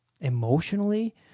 emotionally